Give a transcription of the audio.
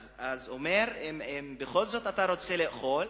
אז אומר, אם בכל זאת אתה רוצה לאכול,